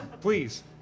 please